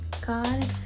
God